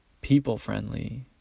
people-friendly